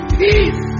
peace